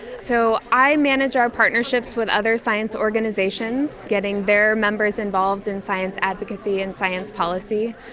so i manage our partnerships with other science organisations, getting their members involved in science advocacy and science policy,